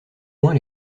loin